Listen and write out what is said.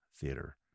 Theater